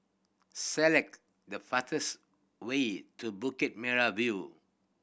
select the fastest way to Bukit Merah View